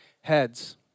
heads